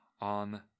on